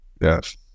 Yes